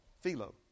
Philo